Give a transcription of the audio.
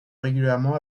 régulièrement